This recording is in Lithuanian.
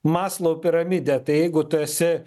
maslau piramidė tai jeigu tu esi